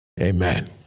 Amen